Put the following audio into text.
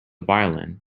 violin